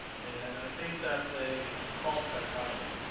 and i think that's a false dichotomy.